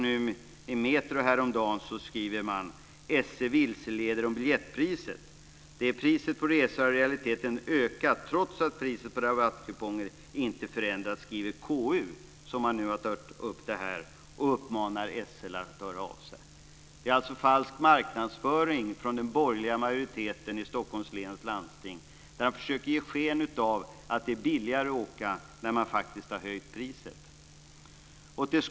I Metro häromdagen läste jag: "SL vilseleder om biljettpris. - Priset på vissa resor har i realiteten ökat trots att priset på rabattkupongerna inte förändrats, skriver KO som uppmanar SL att höra av sig." Det är alltså falsk marknadsföring när den borgerliga majoriteten i Stockholms läns landsting försöker ge sken av att det är billigare att åka när man faktiskt har höjt priset.